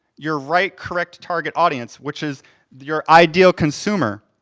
your right correct target audience, which is your ideal consumer.